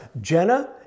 Jenna